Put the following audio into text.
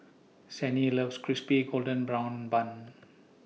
Sannie loves Crispy Golden Brown Bun